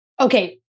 okay